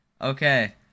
Okay